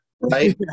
right